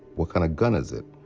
what kind of gun is it?